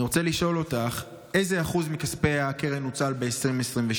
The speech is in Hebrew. אני רוצה לשאול: 1. איזה אחוז מכספי הקרן נוצל ב-2022?